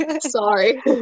Sorry